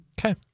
Okay